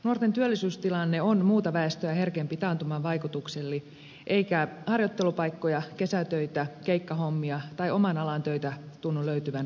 nuorten työllisyystilanne on muuta väestöä herkempi taantuman vaikutuksille eikä harjoittelupaikkoja kesätöitä keikkahommia tai oman alan töitä tunnu löytyvän riittävästi